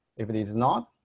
if it is not,